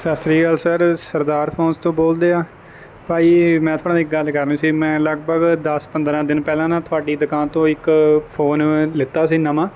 ਸਤਿ ਸ਼੍ਰੀ ਅਕਾਲ ਸਰ ਸਰਦਾਰ ਫੋਨਸ ਤੋਂ ਬੋਲਦੇ ਆਂ ਭਾਜੀ ਮੈਂ ਤੁਹਾਡੇ ਨਾਲ ਇੱਕ ਗੱਲ ਕਰਨੀ ਸੀ ਮੈਂ ਲਗਭਗ ਦਸ ਪੰਦਰਾਂ ਦਿਨ ਪਹਿਲਾਂ ਨਾ ਤੁਹਾਡੀ ਦੁਕਾਨ ਤੋਂ ਇੱਕ ਫੋਨ ਲਿੱਤਾ ਸੀ ਨਵਾਂ